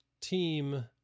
team